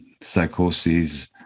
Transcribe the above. psychosis